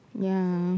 ya